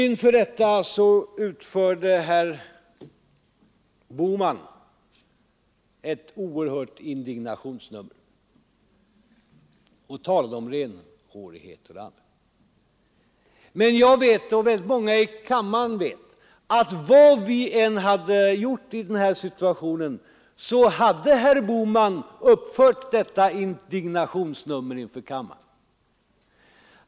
Inför detta utförde herr Bohman ett oerhört indignationsnummer och talade om renhårighet osv. Men jag vet, och väldigt många andra i kammaren vet, att vad vi än hade gjort i den här situationen så hade herr Bohman uppfört detta indignationsnummer inför kammaren.